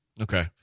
Okay